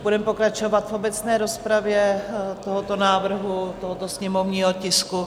Budeme pokračovat v obecné rozpravě tohoto návrhu, tohoto sněmovního tisku...